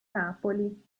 napoli